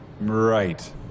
right